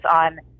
on